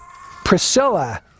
Priscilla